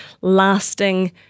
lasting